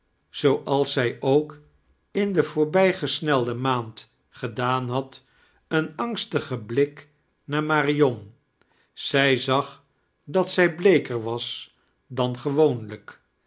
zooals zij ook in de voorbij gesmelde maand gedaan had een angsitdgen blik naar marion zij zag dat zij bleeker was dan gewoonlijk